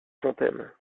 fontaine